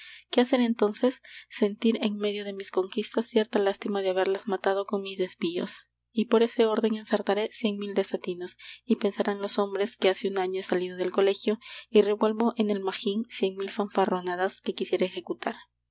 qué hacer entonces sentir en medio de mis conquistas cierta lástima de haberlas matado con mis desvíos y por este órden ensartaré cien mil desatinos y pensarán los hombres que hace un año he salido del colegio y revuelvo en el magin cien mil fanfarronadas que quisiera ejecutar